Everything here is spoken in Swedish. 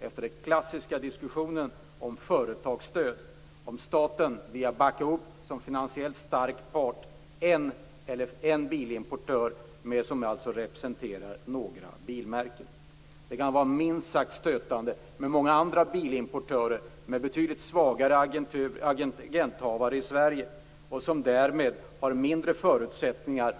Vi har den klassiska diskussionen om företagsstöd och om staten skall backa upp en bilimportör som representerar några bilmärken, som då blir en finansiellt stark part. Det kan vara minst sagt stötande för många andra bilimportörer med betydligt svagare agenthavare i Sverige. De har därmed mindre förutsättning att